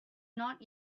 not